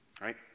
right